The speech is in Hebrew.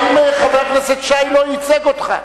האם חבר הכנסת שי לא ייצג אותך?